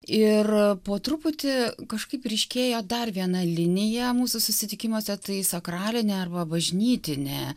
ir po truputį kažkaip ryškėjo dar viena linija mūsų susitikimuose tai sakralinė arba bažnytinė